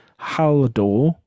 Haldor